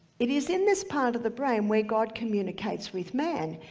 it is in this part of the brain where god communicates with man.